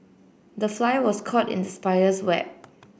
the fly was caught in the spider's web